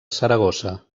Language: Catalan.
saragossa